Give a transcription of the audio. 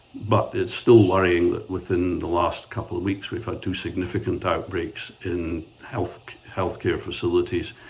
but it's still worrying that within the last couple of weeks we've had two significant outbreaks in healthcare healthcare facilities